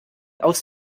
aus